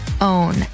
own